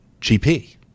GP